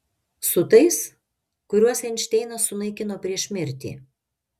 su tais kuriuos einšteinas sunaikino prieš mirtį